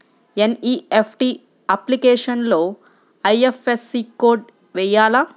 NEFT అప్లికేషన్లో IFSC code వేయాలా?